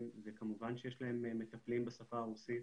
וכמובן שיש להם מטפלים בשפה הרוסית.